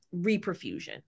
reperfusion